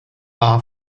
are